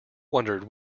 wondered